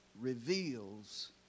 reveals